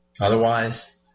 Otherwise